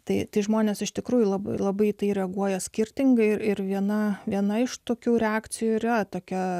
tai tai žmonės iš tikrųjų labai labai tai reaguoja skirtingai ir ir viena viena iš tokių reakcijų yra tokia